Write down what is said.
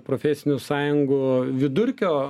profesinių sąjungų vidurkio